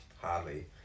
hardly